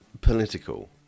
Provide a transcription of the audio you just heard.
political